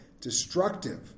destructive